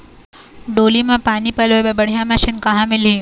डोली म पानी पलोए बर बढ़िया मशीन कहां मिलही?